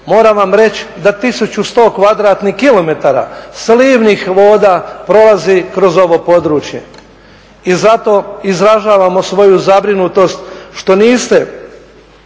Moram vam reći da 1100 kvadratnih kilometara slivnih voda prolazi kroz ovo područje i zato izražavamo svoju zabrinutost što nas